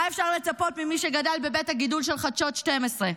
מה אפשר לצפות ממי שגדל בבית הגידול של חדשות 12?